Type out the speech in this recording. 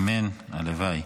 אמן, הלוואי.